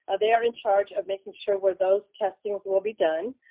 ah they are in charge of making sure where those testings will be done.